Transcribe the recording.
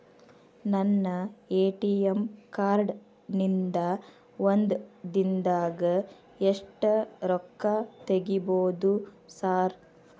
ನನ್ನ ATM card ನಿಂದಾ ಒಂದ್ ದಿಂದಾಗ ಎಷ್ಟ ರೊಕ್ಕಾ ತೆಗಿಬೋದು ಸಾರ್?